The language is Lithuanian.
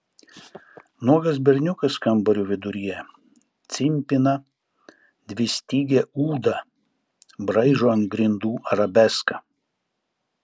nuogas berniukas kambario viduryje cimpina dvistygę ūdą braižo ant grindų arabeską